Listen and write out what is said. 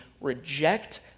reject